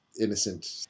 innocent